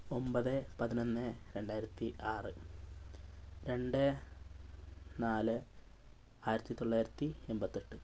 ഒൻപത് പതിനൊന്ന് രണ്ടായിരത്തി ആറ് രണ്ട് നാല് ആയിരത്തി തൊള്ളായിരത്തി എൺപത്തെട്ട്